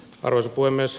arvoisa puhemies